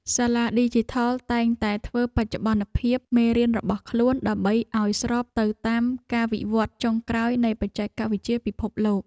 សាលាឌីជីថលតែងតែធ្វើបច្ចុប្បន្នភាពមេរៀនរបស់ខ្លួនដើម្បីឱ្យស្របទៅតាមការវិវត្តន៍ចុងក្រោយនៃបច្ចេកវិទ្យាពិភពលោក។